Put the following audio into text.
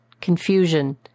confusion